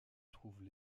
trouvent